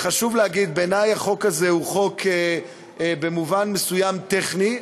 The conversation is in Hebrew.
חשוב להגיד שבעיני החוק הזה הוא במובן מסוים חוק טכני,